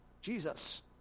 Jesus